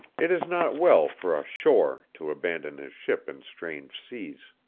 it is not well for a shore to abandon his ship in strange seas.